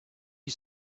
you